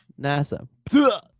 NASA